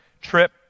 trip